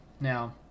now